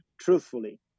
truthfully